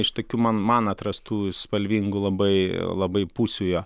iš tokių man man atrastų spalvingų labai labai pusių jo